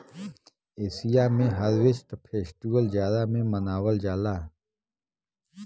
Asia में harvest festival जाड़ा में मनावल जाला